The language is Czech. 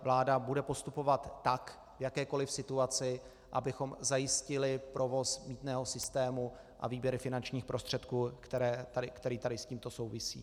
Vláda bude postupovat v jakékoliv situaci tak, abychom zajistili provoz mýtného systému a výběr finančních prostředků, který tady s tímto souvisí.